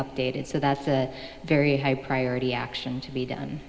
updated so that's a very high priority action to be done